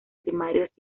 primarios